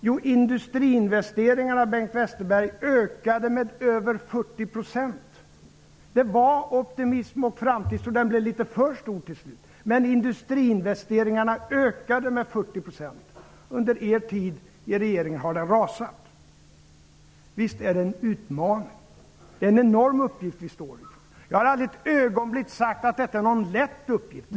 Jo, industriinvesteringarna, Bengt Westerberg, ökade med över 40 %. Det fanns optimism och framtidstro, som till sist blev litet för stor. Men industriinvesteringarna ökade med 40 %. Under er tid i regeringsställning har industriinvesteringarna rasat. Visst är det en utmaning. Vi står inför en enorm uppgift. Jag har aldrig ett ögonblick sagt att detta är en lätt uppgift.